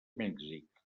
mèxic